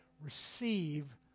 receive